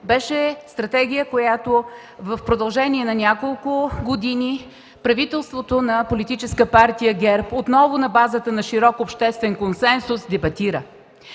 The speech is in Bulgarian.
беше стратегия, която в продължение на няколко години правителството на Политическа партия ГЕРБ, отново на базата на широк обществен консенсус, дебатира.